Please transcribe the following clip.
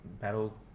Battle